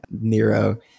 Nero